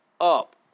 up